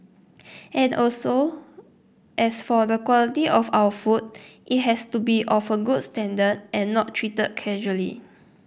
at also as for the quality of our food it has to be of a good standard and not treated casually